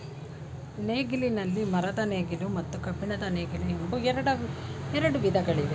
ನೇಗಿಲಿನಲ್ಲಿ ಮರದ ನೇಗಿಲು ಮತ್ತು ಕಬ್ಬಿಣದ ನೇಗಿಲು ಎಂಬ ಎರಡು ವಿಧಗಳಿವೆ